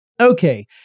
Okay